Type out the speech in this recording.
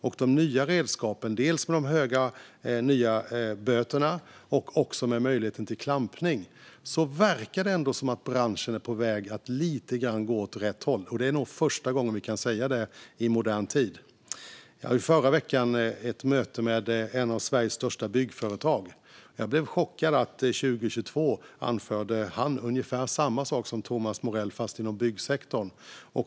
Med de nya redskapen - dels de nya höga böterna, dels möjligheten till klampning - verkar det som att branschen är på väg att lite grann gå åt rätt håll. Detta är nog första gången vi kan säga det i modern tid. Jag hade i förra veckan ett möte med ett av Sveriges största byggföretag. Jag blev chockad av att företaget, år 2022, anförde ungefär samma sak som Thomas Morell fast inom byggsektorn.